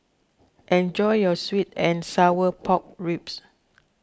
enjoy your Sweet and Sour Pork Ribs